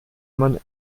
man